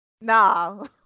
No